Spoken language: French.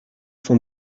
sont